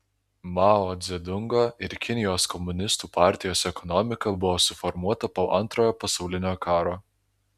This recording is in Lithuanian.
mao dzedungo ir kinijos komunistų partijos ekonomika buvo suformuota po antrojo pasaulinio karo